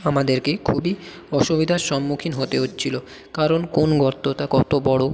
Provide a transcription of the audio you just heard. আমাদেরকে খুবই অসুবিদার সম্মুখীন হতে হচ্ছিলো কারণ কোন গর্তটা কত বড়ো